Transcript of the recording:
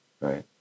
right